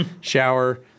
shower